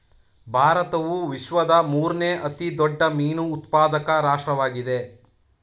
ಭಾರತವು ವಿಶ್ವದ ಮೂರನೇ ಅತಿ ದೊಡ್ಡ ಮೀನು ಉತ್ಪಾದಕ ರಾಷ್ಟ್ರವಾಗಿದೆ